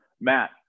matt